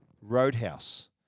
Roadhouse